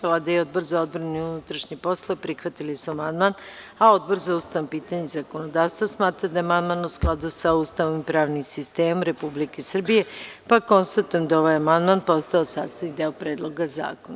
Vlada i Odbor za odbranu i unutrašnje poslove prihvatili su amandman, a Odbor za ustavna pitanja i zakonodavstvo smatra da je amandman u skladu sa Ustavom i pravnim sistemom Republike Srbije, pa konstatujem da je ovaj amandman postao sastavni deo Predloga zakona.